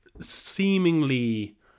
seemingly